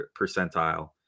percentile